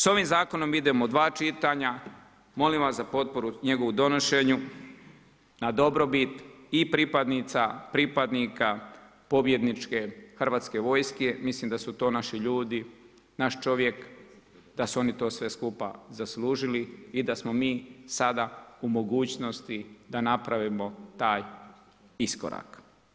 S ovim zakonom idemo u dva čitanja, molim vas za potporu u njegovu donošenju na dobrobit i pripadnica i pripadnika pobjedničke hrvatske vojske, mislim da su to naši ljudi, naš čovjek, da su oni to sve skupa zaslužili i da smo mi sada u mogućnosti da napravimo taj iskorak.